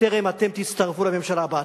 בטרם תצטרפו לממשלה הבאה,